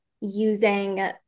using